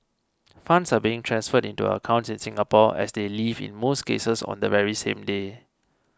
funds are being transferred into accounts in Singapore and they leave in most cases on the very same day